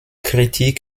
kritik